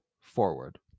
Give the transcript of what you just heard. forward